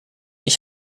ich